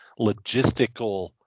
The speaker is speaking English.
logistical